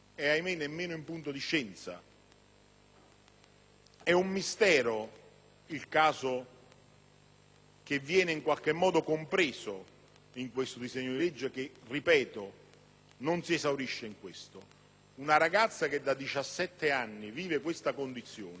È un mistero il caso che viene compreso in questo disegno di legge che, ripeto, non si esaurisce in questo. Una ragazza che da diciassette anni vive questa condizione e che